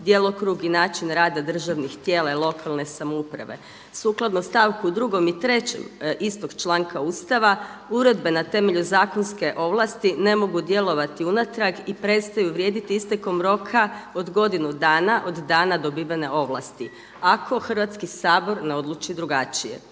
djelokrug i način rada državnih tijela i lokalne samouprave. Sukladno stavku drugom i trećem istog članka Ustava uredbe na temelju zakonske ovlasti ne mogu djelovati unatrag i prestaju vrijediti istekom roka od godinu dana od dana dobivene ovlasti ako Hrvatski sabor ne odluči drugačije.